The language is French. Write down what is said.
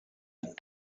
est